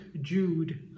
Jude